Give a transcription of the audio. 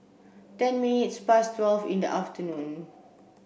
ten minutes past twelve in the afternoon